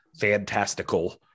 fantastical